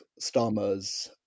Starmer's